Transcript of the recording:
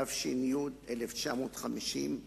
התש"י 1950,